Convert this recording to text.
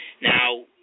Now